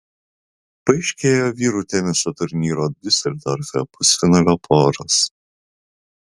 paaiškėjo vyrų teniso turnyro diuseldorfe pusfinalio poros